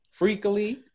freakily